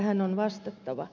tähän on vastattava